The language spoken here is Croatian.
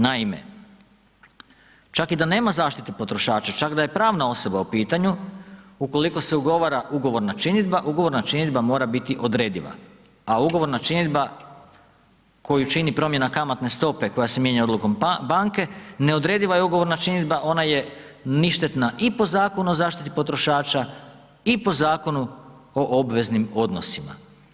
Naime, čak i da nema zaštite potrošača, čak da je pravna osoba u pitanju, ukoliko se ugovara ugovorna činidba, ugovorna činidba mora biti odrediva, a ugovorna činidba koju čini promjena kamatne stope koja se mijenja odlukom banke neodrediva je ugovorna činidba, ona je ništetna i po Zakonu o zaštiti potrošača i po Zakonu o obveznim odnosima.